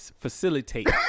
facilitate